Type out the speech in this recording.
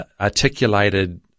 articulated